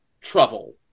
trouble